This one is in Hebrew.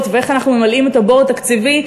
ואיך אנחנו ממלאים את הבור התקציבי,